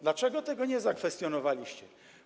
Dlaczego tego nie zakwestionowaliście?